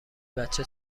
بچه